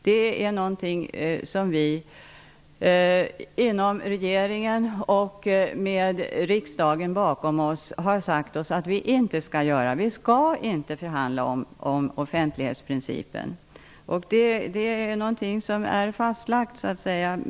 Det har vi i regeringen, med riksdagen bakom oss, sagt att vi inte skall göra. Sverige skall inte förhandla om offentlighetsprincipen; det har regering och riksdag fastlagt.